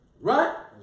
right